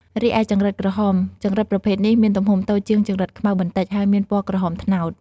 រីឯចង្រិតក្រហម ចង្រិតប្រភេទនេះមានទំហំតូចជាងចង្រិតខ្មៅបន្តិច ហើយមានពណ៌ក្រហមត្នោត។